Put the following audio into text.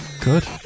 good